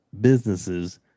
businesses